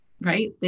right